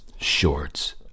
Shorts